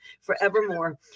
forevermore